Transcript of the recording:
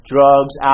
Drugs